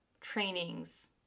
trainings